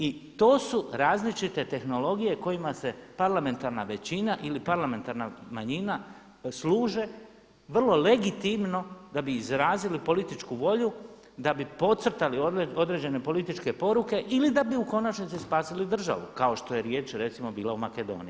I to su različite tehnologije kojima se parlamentarna većina ili parlamentarna manjina služe vrlo legitimno da bi izrazile političku volju, da bi podcrtali određene političke poruke ili da bi u konačnici spasili državu kao što je riječ recimo bila u Makedoniji.